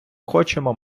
хочемо